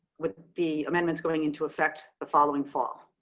with the amendments going into effect the following fall.